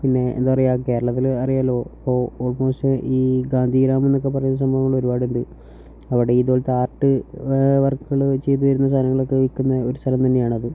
പിന്നെ എന്താ പറയുക കേരളത്തിൽ അറിയാമല്ലോ ഇപ്പോൾ ഓൾമോസ്റ്റ് ഈ ഗാന്ധി ഗ്രാമം എന്നൊക്കെ പറയുന്ന സംഭവങ്ങൾ ഒരുപാടുണ്ട് അവിടെ ഇതുപോലത്തെ ആർട്ട് വർക്കുകൾ ചെയ്തുവരുന്ന സാധനങ്ങളൊക്കെ വിൽക്കുന്ന ഒരു സ്ഥലം തന്നെയാണത്